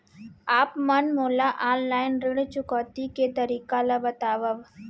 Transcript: आप मन मोला ऑनलाइन ऋण चुकौती के तरीका ल बतावव?